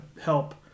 help